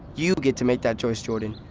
you get to make that choice, jordan.